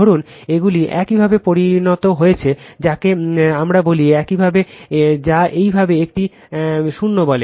ধরুন এইগুলি একইভাবে পরিণত হয়েছে যাকে আমরা বলি একইভাবে যা একইভাবে এটিকে একইভাবে 0 বলে